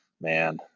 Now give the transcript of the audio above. Man